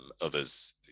others